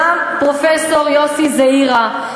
גם פרופסור יוסי זעירא,